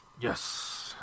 yes